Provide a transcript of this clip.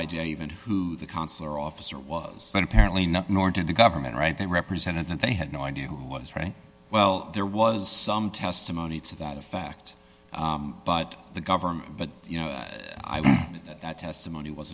idea even who the consular officer was but apparently not nor did the government right they represented that they had no idea who was right well there was some testimony to that effect but the government but you know that testimony was